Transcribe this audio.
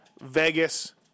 Vegas